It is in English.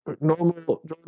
normal